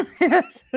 Yes